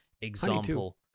example